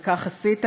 וכך עשית.